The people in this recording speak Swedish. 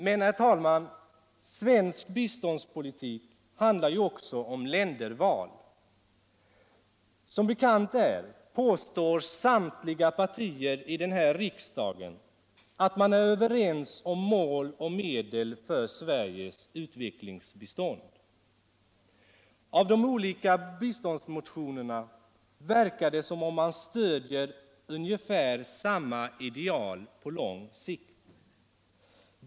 Men, herr talman, svensk biståndspolitik handlar ju också om länderval. Som bekant påstår samtliga partier I riksdagen att man är överens om mål och medel för Sveriges utvecklingsbistånd. Av de olika bistånds mötionerna verkar det som om man stödjer ungefär samma ideal på lång sikt.